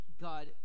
God